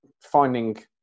finding